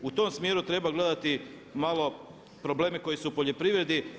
U tom smjeru treba gledati malo probleme koji su u poljoprivredi.